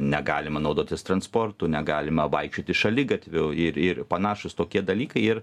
negalima naudotis transportu negalima vaikščioti šaligatviu ir ir panašūs tokie dalykai ir